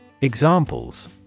Examples